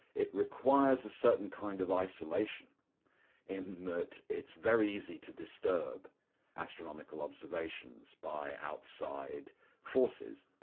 it requires a certain kind of isolation in that it's very easy to disturb astronomical observations by outside forces.